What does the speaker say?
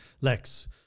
Lex